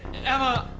emma.